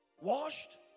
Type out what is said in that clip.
Washed